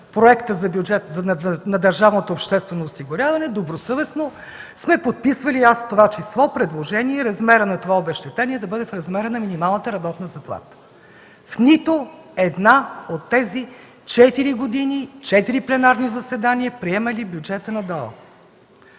бюджет на държавното обществено осигуряване добросъвестно сме подписвали, и аз в това число, предложения това обезщетение да бъде в размера на минималната работна заплата – в нито една от тези четири години, четири пленарни заседания, приемали бюджета на ДОО.